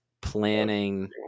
planning